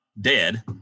dead